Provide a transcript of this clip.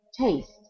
taste